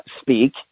speak